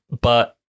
But-